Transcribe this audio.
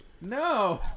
No